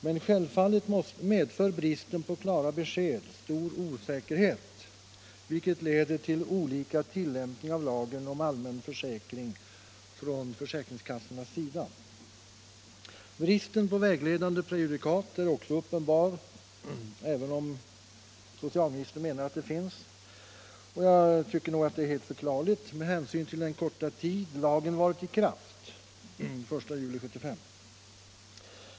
Men självfallet medför bristen på klara besked 'stor osäkerhet, vilket leder till olika tilllämpning av lagen om allmän försäkring från försäkringskassornas sida. Bristen på vägledande prejudikat är också uppenbar, även om socialministern menar att det finns sådana. Jag tycker det är helt förklarligt om det inte finns några prejudikat, med hänsyn till den korta tid lagen 135 varit i kraft — sedan den 1 juli 1975.